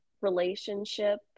relationship